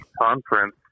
Conference